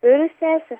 turiu sesę